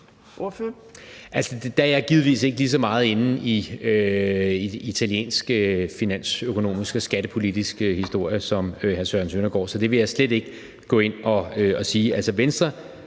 der er jeg givetvis ikke lige så meget inde i italienske finansøkonomiske og skattepolitiske historier, som hr. Søren Søndergaard er, så det vil jeg slet ikke gå ind og sige.